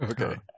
Okay